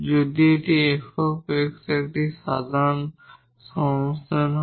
যদি এই f x একটি সাধারণ ফাংশন হয়